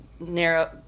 Narrow